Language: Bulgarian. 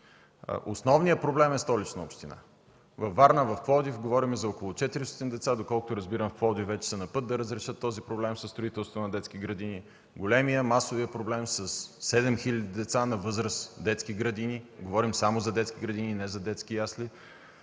Основният проблем е Столична община. Във Варна и в Пловдив говорим за около 400 деца. Доколкото разбирам, в Пловдив вече са на път да разрешат проблема със строителството на детски градини. Големият, масовият проблем – 7000 деца на възраст за детски градини, защото говорим само за детски градини, не говорим за детски ясли,